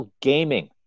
Gaming